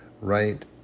right